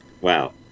Wow